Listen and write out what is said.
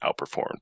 outperformed